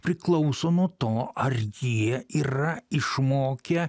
priklauso nuo to ar jie yra išmokę